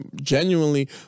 genuinely